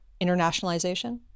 internationalization